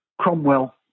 Cromwell